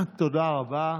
תודה רבה.